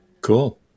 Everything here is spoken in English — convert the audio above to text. cool